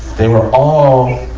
they were all,